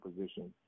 position